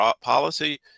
policy